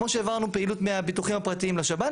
כמו שהעברנו פעילות מהביטוחים הפרטיים לשב"ן,